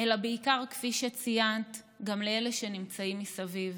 אלא בעיקר, כפי שציינת, גם לאלה שנמצאים מסביב,